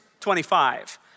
25